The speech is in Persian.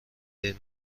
این